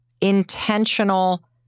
intentional